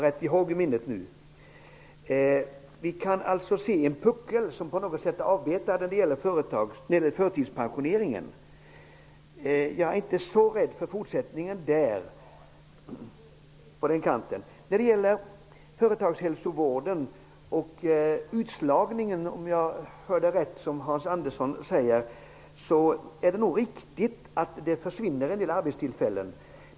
Vi kan alltså se en puckel när det gäller förtidspensioneringar. Jag är inte så rädd för fortsättningen på den punkten. Vidare var det frågan om företagshälsovården och utslagningen. Det är nog riktigt att det försvinner en del arbetstillfällen.